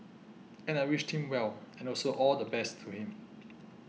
and I wished him well and also all the best to him